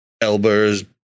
elber's